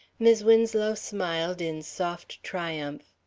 mis' winslow smiled in soft triumph.